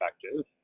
effective